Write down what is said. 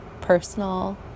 personal